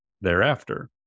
thereafter